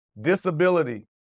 disability